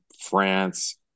France